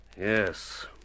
Yes